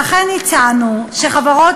לכן הצענו שחברות